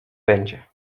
będzie